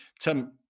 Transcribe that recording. Tim